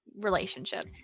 relationship